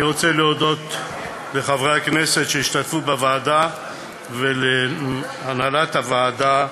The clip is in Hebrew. אני רוצה להודות לחברי הכנסת שהשתתפו בוועדה ולהנהלת הוועדה,